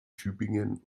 tübingen